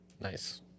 Nice